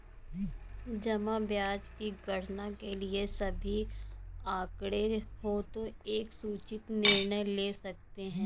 जमा ब्याज की गणना के लिए सभी आंकड़े हों तो एक सूचित निर्णय ले सकते हैं